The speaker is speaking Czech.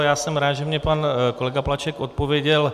Já jsem rád, že mi pan kolega Plaček odpověděl.